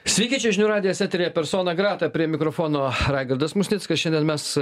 sveiki čia žinių radijas eteryje persona grata prie mikrofono raigardas musnickas šiandien mes